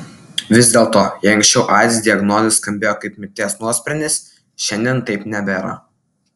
vis dėlto jei anksčiau aids diagnozė skambėjo kaip mirties nuosprendis šiandien taip nebėra